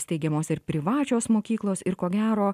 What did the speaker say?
steigiamos ir privačios mokyklos ir ko gero